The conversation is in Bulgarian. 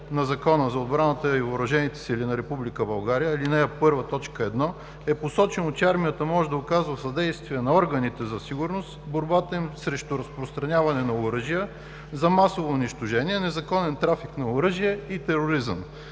на Закона за отбраната и въоръжените сили на Република България е посочено, че армията може да оказва съдействие на органите за сигурност в борбата им срещу разпространяване на оръжия за масово унищожение, незаконен трафик на оръжие и тероризъм.